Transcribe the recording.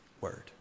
word